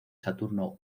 saturno